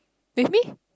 with me